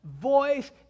voice